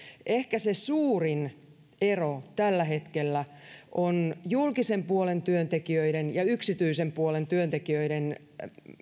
ehkä se suurin ero tällä hetkellä on julkisen puolen työntekijöiden ja yksityisen puolen työntekijöiden